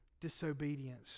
disobedience